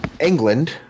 England